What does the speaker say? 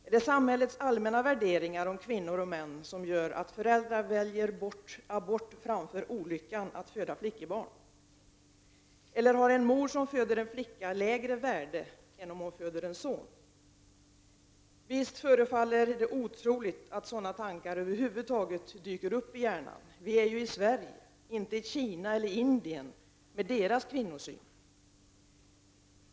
Är det samhällets allmänna värderingar om kvinnor och män som gör att föräldrar väljer abort framför olyckan att föda flickebarn? Eller har en mor som föder en flicka lägre värde än om hon föder en son? Visst förefaller det otroligt att sådana tankar över huvud taget dyker upp i hjärnan. Vi är ju i Sverige, inte i Kina eller i Indien med deras kvinnosyn.